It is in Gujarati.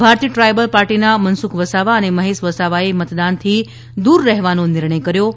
ભારતીય ટ્રાયબલ પાર્ટીના મનસુખ વસાવા અને મહેશ વસાવાએ મતદાનથી દૂર રહેવાનો નિર્ણય કર્યો હતો